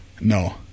No